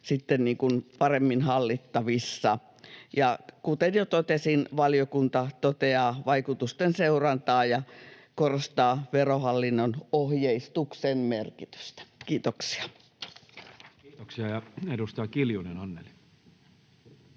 paremmin hallittavissa. Ja kuten jo totesin, valiokunta toteaa vaikutusten seurannasta ja korostaa Verohallinnon ohjeistuksen merkitystä. — Kiitoksia. [Speech